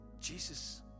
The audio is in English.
Jesus